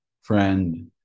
friend